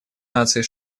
наций